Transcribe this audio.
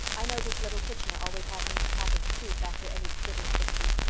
i notice little kitchener always has an attack of croup after any british victory.